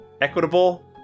Equitable